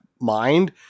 mind